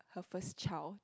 her first child